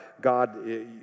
God